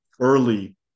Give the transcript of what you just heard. early